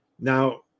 Now